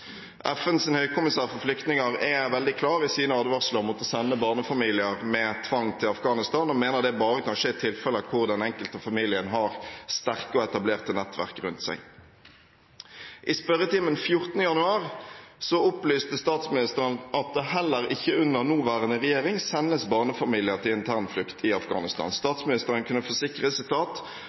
høykommissær for flyktninger er veldig klar i sine advarsler mot å sende barnefamilier med tvang til Afghanistan og mener det bare kan skje i tilfeller hvor den enkelte familie har sterke og etablerte nettverk rundt seg. I spørretimen 14. januar opplyste statsministeren at det heller ikke under nåværende regjering sendes barnefamilier til internflukt i Afghanistan. Statsministeren kunne